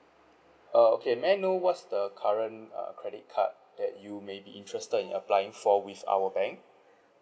err okay may I know what's the current uh credit card that you may be interested in applying for with our bank